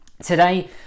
Today